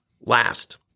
Last